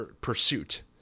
pursuit